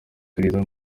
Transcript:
iperereza